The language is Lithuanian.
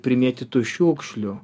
primėtytų šiukšlių